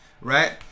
Right